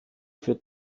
für